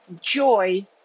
joy